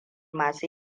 masu